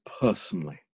personally